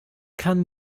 kann